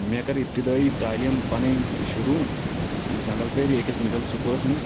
مےٚ کٔر اِبتِدٲیی تعٲلیٖم پَنٕںۍ شروع زنٛگَلپٲرِ أکِس مِڈَل سٔکوٗلَس منٛز